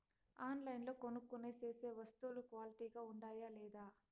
ఆన్లైన్లో కొనుక్కొనే సేసే వస్తువులు క్వాలిటీ గా ఉండాయా లేదా?